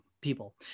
people